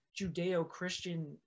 Judeo-Christian